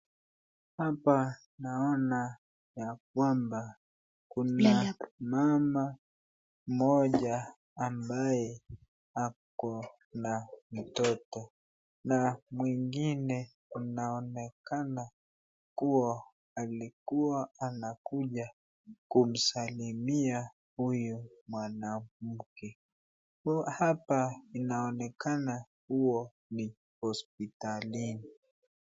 Hapa naona ya kwamba kuna mama moja ambaye akona mtoto na mwingine anaonekana kuwa alikuwa anakuja kusalimia huyu mwanamke, hapa inaonekana kuwa ni hospitalini.